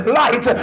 light